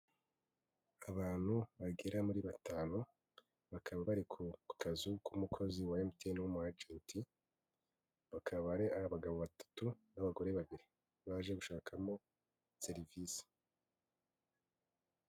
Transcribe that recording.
Abantu bagera muri batanu bakaba bari ku kazu k'umukozi wa mtn w'umu agenti bakaba ari abagabo batatu n'abagore babiri baje gushakamo serivisi.